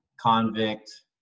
convict